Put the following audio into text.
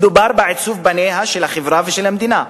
מדובר בעיצוב פניהן של החברה ושל המדינה.